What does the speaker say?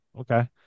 Okay